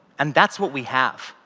and that's what we have,